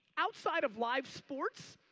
outside of live sports,